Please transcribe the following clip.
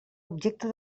objecte